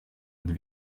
het